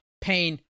Pain